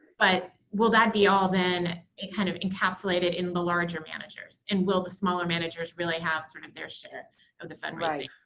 but will that be all then kind of encapsulated in the larger managers? and will the smaller managers really have sort of their share of the fund raising?